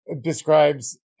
describes